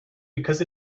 because